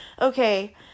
Okay